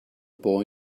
boy